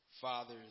Father's